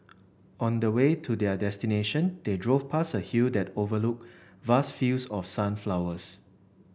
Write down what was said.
on the way to their destination they drove past a hill that overlooked vast fields of sunflowers